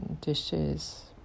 dishes